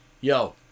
yo